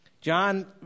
John